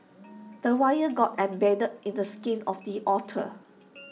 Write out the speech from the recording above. the wire got embedded in the skin of the otter